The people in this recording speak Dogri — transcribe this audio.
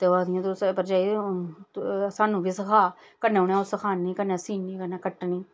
ते ओह् आखदियां तू भरजाई स्हानू बी सखा कन्नै में उ'नेंगी सखानी कन्नै सीनी कन्नै कट्टने